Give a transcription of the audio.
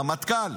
רמטכ"ל,